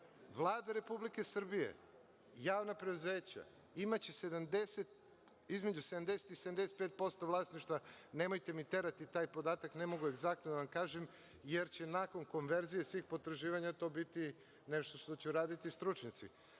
Vlada Republike Srbije i javna preduzeća imaće između 70% i 75% vlasništva. Nemojte mi terati taj podatak ne mogu egzaktno da vam kažem, jer će nakon konverzije svih potraživanja to biti nešto što će uraditi stručnjaci,